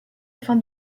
afin